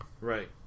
Right